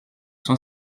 son